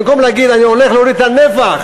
במקום להגיד: אני הולך להוריד את הנפח,